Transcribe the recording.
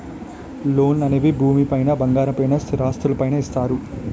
లోన్లు అనేవి భూమి పైన బంగారం పైన స్థిరాస్తులు పైన ఇస్తారు